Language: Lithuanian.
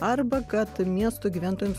arba kad miestų gyventojams